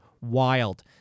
wild